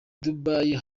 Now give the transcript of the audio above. dubai